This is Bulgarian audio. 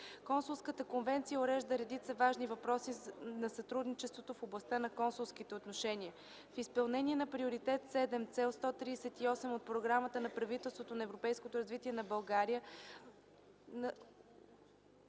Консулската конвенция урежда редица важни въпроси на сътрудничество в областта на консулските отношения. В изпълнение на Приоритет VІІ, цел 138 от Програмата на правителството на европейското развитие на България,